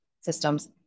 systems